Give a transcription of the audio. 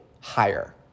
higher